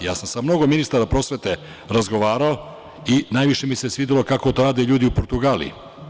Ja sam sa mnogo ministara prosvete razgovarao i najviše mi se svidelo kako to rade ljudi u Portugaliji.